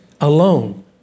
alone